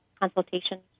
consultations